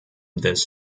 this